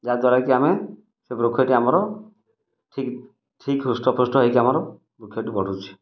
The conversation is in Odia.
ଯା ଦ୍ଵାରା କି ଆମେ ସେଇ ବୃକ୍ଷଟି ଆମର ଠିକ୍ ଠିକ୍ ହୃଷ୍ଟପୃଷ୍ଟ ହେଇକି ଆମର ବୃକ୍ଷ ଟି ବଢ଼ୁଛି